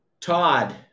Todd